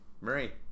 Marie